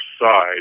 side